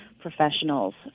professionals